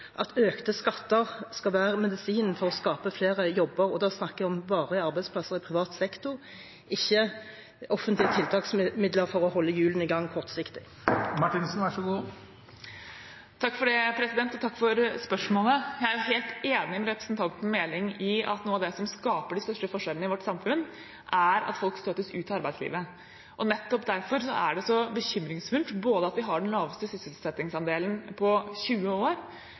at økte skatter skal være medisinen for å skape flere jobber? Da snakker jeg om varige arbeidsplasser i privat sektor, ikke offentlige tiltak som er midler for å holde hjulene i gang kortsiktig. Takk for spørsmålet. Jeg er helt enig med representanten Meling i at noe av det som skaper de største forskjellene i vårt samfunn, er at folk støtes ut av arbeidslivet. Nettopp derfor er det så bekymringsfullt både at vi har den laveste sysselsettingsandelen på 20 år,